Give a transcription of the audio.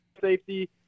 safety